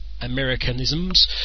Americanisms